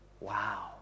wow